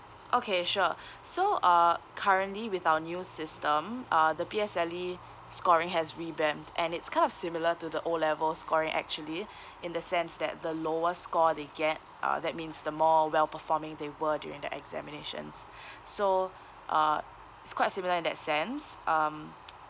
okay sure so uh currently with our new system uh the P_S_L_E scoring has revamped and it's kind of similar to the O level scoring actually in the sense that the lower score they get uh that means the more well performing they were during the examinations so uh it's quite similar in that sense um